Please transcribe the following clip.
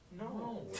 No